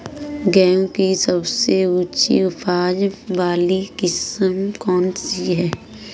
गेहूँ की सबसे उच्च उपज बाली किस्म कौनसी है?